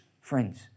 friends